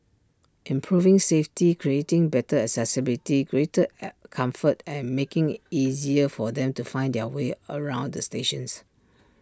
improving safety creating better accessibility greater comfort and making IT easier for them to find their way around the stations